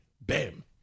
bam